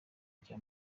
rya